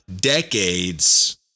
decades